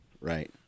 right